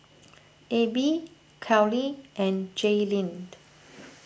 Abie Khalil and Jaylene